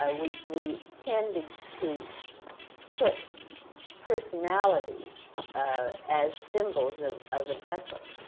ah we we tend to put personalities as symbols of of an epoch.